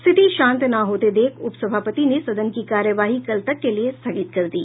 स्थिति शांत न होते देख उप सभापति ने सदन की कार्यवाही कल तक के लिए स्थगित कर दी